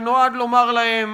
שנועד לומר להם: